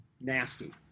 nasty